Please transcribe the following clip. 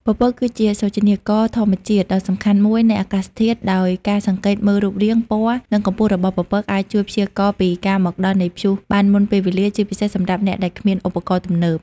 ពពកគឺជាសូចនាករធម្មជាតិដ៏សំខាន់មួយនៃអាកាសធាតុ ដោយការសង្កេតមើលរូបរាង ពណ៌ និងកម្ពស់របស់ពពកអាចជួយព្យាករណ៍ពីការមកដល់នៃព្យុះបានមុនពេលវេលា ជាពិសេសសម្រាប់អ្នកដែលគ្មានឧបករណ៍ទំនើប។